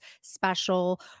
special